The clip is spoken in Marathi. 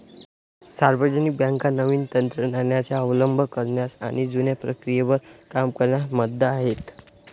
सार्वजनिक बँका नवीन तंत्र ज्ञानाचा अवलंब करण्यास आणि जुन्या प्रक्रियेवर काम करण्यास मंद आहेत